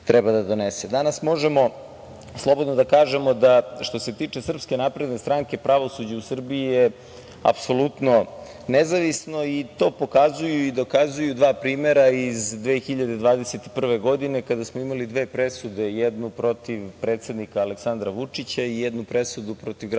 možemo slobodno da kažemo da, što se tiče SNS, pravosuđe u Srbiji je apsolutno nezavisno. To pokazuju i dokazuju i dva primera iz 2021. godine, kada smo imali dve presude, jednu protiv predsednika Aleksandra Vučića i jednu presudu protiv gradskog